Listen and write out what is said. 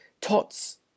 tots